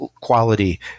quality